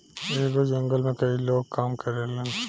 एगो जंगल में कई लोग काम करेलन